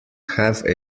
have